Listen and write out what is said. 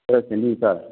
ꯈꯔ ꯁꯦꯝꯕꯤꯕ ꯇꯥꯔꯦ